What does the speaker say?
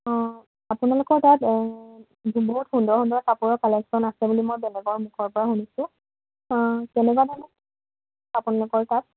অঁ আপোনালোকৰ তাত বহুত সুন্দৰ সুন্দৰ কাপোৰৰ কালেকশ্যন আছে বুলি মই বেলেগৰ মুখৰ পৰা শুনিছোঁ কেনেকুৱা ধৰণৰ আপোনালোকৰ তাত